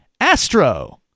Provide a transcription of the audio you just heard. astro